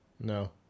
No